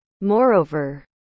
Moreover